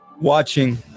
watching